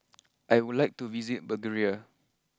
I would like to visit Bulgaria